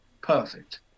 perfect